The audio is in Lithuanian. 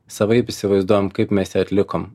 savaip įsivaizduojam kaip mes jį atlikom